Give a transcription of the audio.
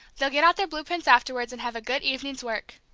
they'll get out their blue prints afterwards and have a good evening's work.